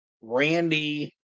Randy